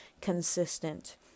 consistent